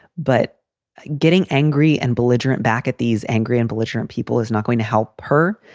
but getting angry and belligerent back at these angry and belligerent people is not going to help her.